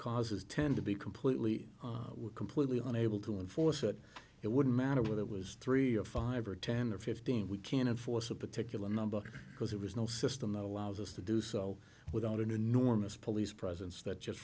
causes tend to be completely completely unable to enforce it it wouldn't matter what it was three or five or ten or fifteen we can't enforce a particular number because there was no system that allows us to do so without an enormous police presence that just